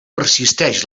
persisteix